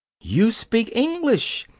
you speak english!